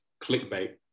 clickbait